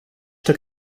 took